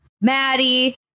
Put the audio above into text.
Maddie